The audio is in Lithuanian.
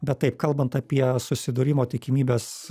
bet taip kalbant apie susidūrimo tikimybes